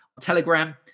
Telegram